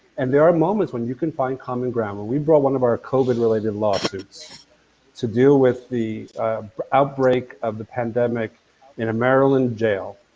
and there are moments when you can find common ground. when we brought one of our covid-related lawsuits to deal with the outbreak of the pandemic in a maryland jail,